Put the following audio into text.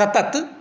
सतत